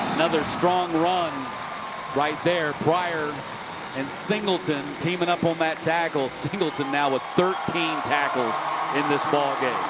another strong run right there. pryor and singleton teaming up on that tackle. singleton now with thirteen tackles in this ball game.